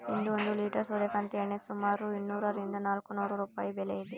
ಇಂದು ಒಂದು ಲಿಟರ್ ಸೂರ್ಯಕಾಂತಿ ಎಣ್ಣೆ ಸುಮಾರು ಇನ್ನೂರರಿಂದ ನಾಲ್ಕುನೂರು ರೂಪಾಯಿ ಬೆಲೆ ಇದೆ